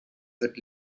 wird